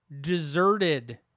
deserted